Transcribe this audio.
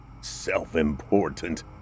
Self-important